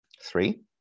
Three